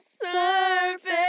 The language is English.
surface